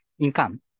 income